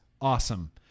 awesome